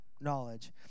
knowledge